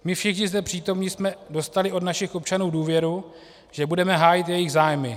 My všichni zde přítomní jsme dostali od našich občanů důvěru, že budeme hájit jejich zájmy.